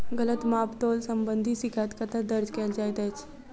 गलत माप तोल संबंधी शिकायत कतह दर्ज कैल जाइत अछि?